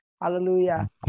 hallelujah